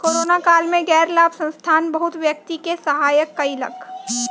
corona काल में गैर लाभ संस्थान बहुत व्यक्ति के सहायता कयलक